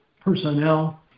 personnel